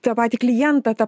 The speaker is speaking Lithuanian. tą patį klientą tą